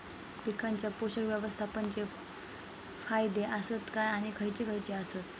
पीकांच्या पोषक व्यवस्थापन चे फायदे आसत काय आणि खैयचे खैयचे आसत?